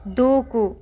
దూకు